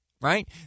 right